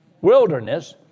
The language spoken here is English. wilderness